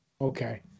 Okay